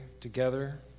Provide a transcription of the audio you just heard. together